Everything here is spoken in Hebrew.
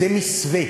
זה מסווה.